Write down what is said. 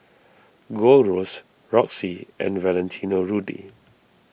Gold Roast Roxy and Valentino Rudy